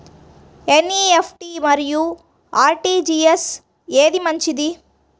NEFT మరియు RTGS ఏది మంచిది?